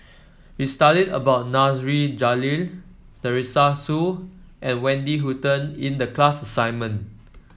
we studied about Nasir Jalil Teresa Hsu and Wendy Hutton in the class assignment